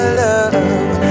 love